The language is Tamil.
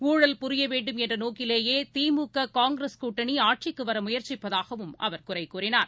ஹமல் புரியவேண்டும் என்றநோக்கிலேயேதிமுக காங்கிரஸ் கூட்டணிஆட்சிக்குவரமுயற்சிப்பதாகவும் அவர் குறைகூறினார்